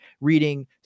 reading